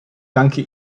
danke